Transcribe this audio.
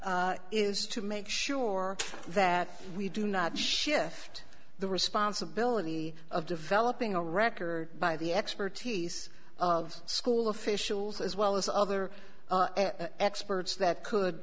is to make sure that we do not shift the responsibility of developing a record by the expertise of school officials as well as other experts that could